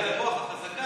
בגלל הרוח החזקה,